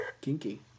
Kinky